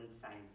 science